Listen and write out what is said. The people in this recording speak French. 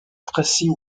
tracy